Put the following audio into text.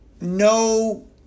No